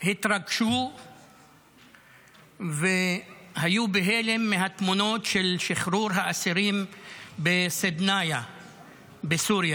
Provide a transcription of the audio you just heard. התרגשו והיו בהלם מהתמונות של שחרור האסירים בסדנאיא בסוריה,